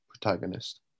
protagonist